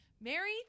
Mary